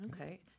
Okay